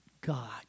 God